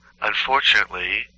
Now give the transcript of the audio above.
unfortunately